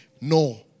no